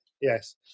yes